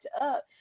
up